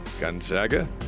Gonzaga